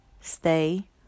stay